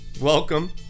welcome